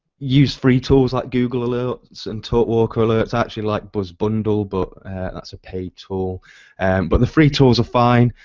use free tools like google alerts and talkwalker alerts. i actually like buzzbundle but that's a paid tool and but the free tools are fine.